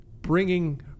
bringing